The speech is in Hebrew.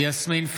(קורא בשמות חברי הכנסת) יסמין פרידמן,